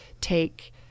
take